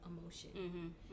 emotion